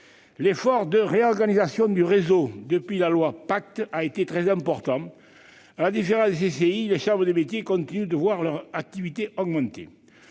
L'effort de réorganisation du réseau depuis la loi Pacte a été très important. À la différence des CCI, les chambres de métiers continuent de voir leur activité augmenter.